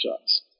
shots